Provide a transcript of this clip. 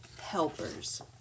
helpers